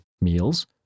meals